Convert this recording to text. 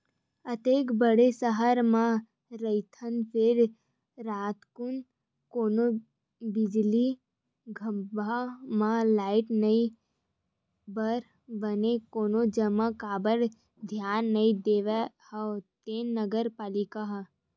अतेक बड़ सहर म रहिथन फेर रातकुन कोनो बिजली खंभा म लाइट नइ बरय बने कोन जनी काबर धियान नइ देवत हवय ते नगर पालिका ह